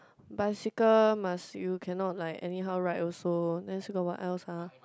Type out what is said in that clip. bicycle must you cannot like anyhow ride also then still got what else ah